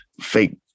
fake